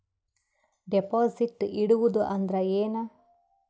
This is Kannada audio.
ಡೆಪಾಜಿಟ್ ಇಡುವುದು ಅಂದ್ರ ಏನ?